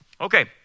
Okay